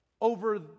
over